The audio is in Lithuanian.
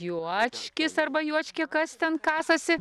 juočkis arba juočkė kas ten kasasi